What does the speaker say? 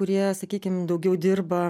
kurie sakykim daugiau dirba